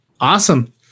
Awesome